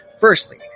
Firstly